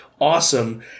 awesome